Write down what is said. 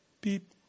beep